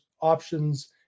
options